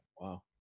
Wow